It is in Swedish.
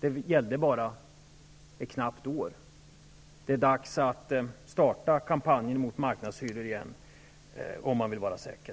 det bara gällde ett knappt år, det är dags att starta kampanjen mot marknadshyror igen om man vill vara säker.